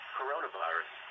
coronavirus